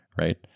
right